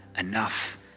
enough